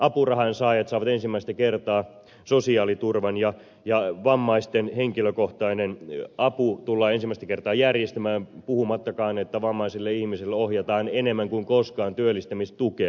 apurahansaajat saavat ensimmäistä kertaa sosiaaliturvan ja vammaisten henkilökohtainen apu tullaan ensimmäistä kertaa järjestämään puhumattakaan että vammaisille ihmisille ohjataan enemmän kuin koskaan työllistämistukea